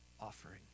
offering